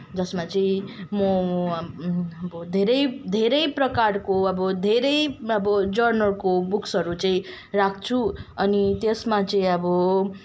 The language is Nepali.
जसमा चाहिँ म धेरै धेरै प्रकारको अब धेरै अब जर्नलको बुक्सहरू चाहिँ राख्छु अनि त्यसमा चाहिँ अब